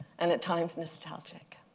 and at times nostalgic.